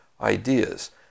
ideas